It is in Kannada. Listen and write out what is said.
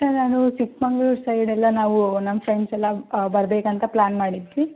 ಸರ್ ಅದು ಚಿಕ್ಕಮಗ್ಳೂರ್ ಸೈಡೆಲ್ಲ ನಾವು ನಮ್ಮ ಫ್ರೆಂಡ್ಸ್ ಎಲ್ಲ ಬರಬೇಕಂತ ಪ್ಲಾನ್ ಮಾಡಿದ್ವಿ